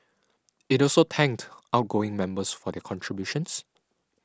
it also thanked outgoing members for their contributions